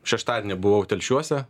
šeštadienį buvau telšiuose